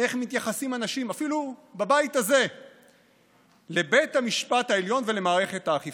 איך מתייחסים אנשים אפילו בבית הזה לבית המשפט העליון ולמערכת האכיפה,